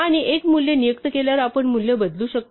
आणि एक मूल्य नियुक्त केल्यावर आपण मूल्य बदलू शकतो